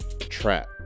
trap